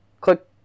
click